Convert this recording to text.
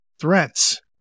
threats